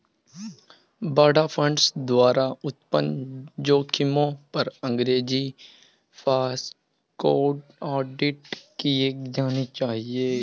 बाड़ा फंड्स द्वारा उत्पन्न जोखिमों पर अंग्रेजी फोकस्ड ऑडिट किए जाने चाहिए